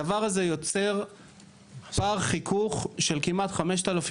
הדבר הזה יוצר פער חיכוך של כמעט 5,000